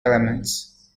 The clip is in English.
elements